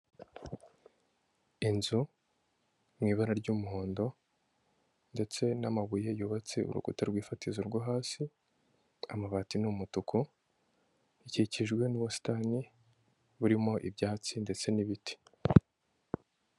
Inzu mu ibara ry'umuhondo ndetse n'amabuye yubatse urukuta rw'ifatizo rwo hasi, amabati ni umutuku, bikikijwe n'ubusitani burimo ibyatsi ndetse n'ibiti.